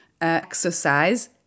exercise